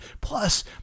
Plus